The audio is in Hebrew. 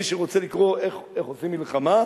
מי שרוצה לקרוא איך עושים מלחמה,